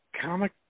comic